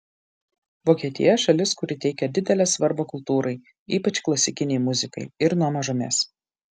vokietija šalis kuri teikia didelę svarbą kultūrai ypač klasikinei muzikai ir nuo mažumės